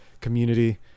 community